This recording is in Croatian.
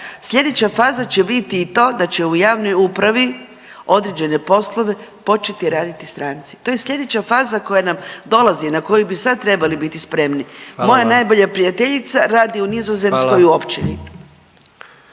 slijedeća faza će biti i to da će u javnoj upravi određene poslove početi raditi stranci, to je slijedeća faza koja nam dolazi, na koju bi sad trebali biti spremni…/Upadica predsjednik: Hvala vam/…. Moja najbolja prijateljica radi u Nizozemskoj u